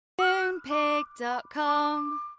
Moonpig.com